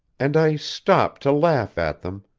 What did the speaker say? and i stopped to laugh at them,